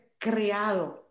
creado